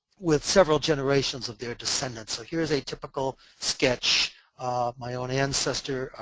with several generations of their descendants. here's a typical sketch of my own ancestor,